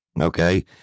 Okay